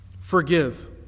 forgive